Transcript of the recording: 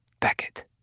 Beckett